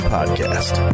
Podcast